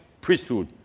priesthood